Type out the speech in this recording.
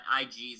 IG's